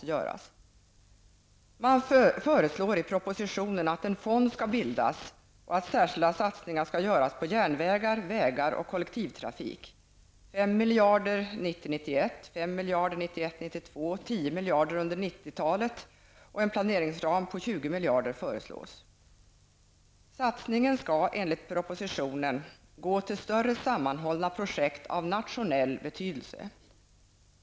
Regeringen föreslår i propositionen att en fond skall bildas och att särskilda satsningar skall göras på järnvägar, vägar och kollektivtrafik -- 5 miljarder 1990 92, 10 miljarder under 1990-talet och en planeringsram på 20 miljarder. Satsningarna skall enligt propositionen gå till större sammanhållna projekt av nationell betydelse.